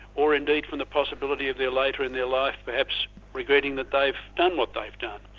or indeed from the possibility of their later in their life perhaps regretting that they've done what they've done.